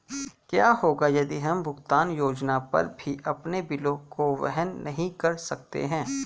क्या होगा यदि हम भुगतान योजना पर भी अपने बिलों को वहन नहीं कर सकते हैं?